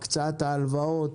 הקצאת ההלוואות